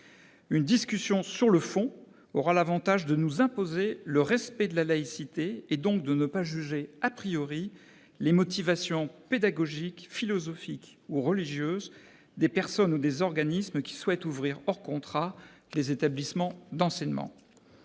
Une discussion sur le fond aura l'avantage de nous imposer le respect de la laïcité et donc de ne pas juger les motivations pédagogiques, philosophiques ou religieuses des personnes ou des organismes qui souhaitent ouvrir, hors contrat, des établissements d'enseignement.